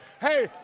Hey